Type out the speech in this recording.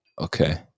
Okay